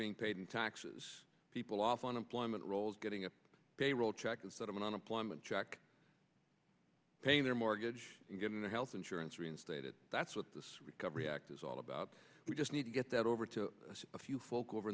being paid in taxes people off unemployment rolls getting a payroll check instead of an unemployment check paying their mortgage and getting their health insurance reinstated that's what this recovery act is all about we just need to get that over to a few folk over